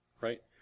Right